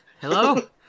hello